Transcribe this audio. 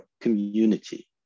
community